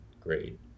great